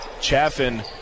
Chaffin